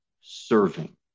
serving